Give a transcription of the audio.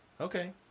Okay